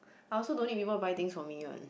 I also don't need people buy things for me one